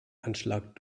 anschlag